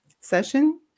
session